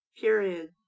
period